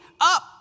up